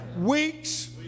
Weeks